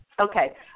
Okay